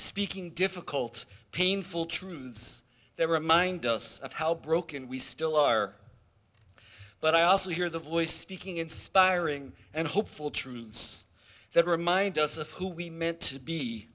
speaking difficult painful truths that remind us of how broken we still are but i also hear the voice speaking inspiring and hopeful truths that remind us of who we meant to be